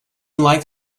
life